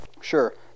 Sure